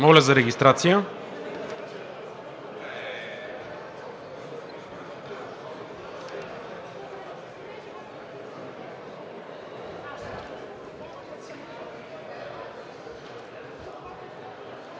моля за регистрация.